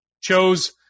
chose